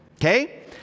Okay